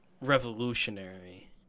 revolutionary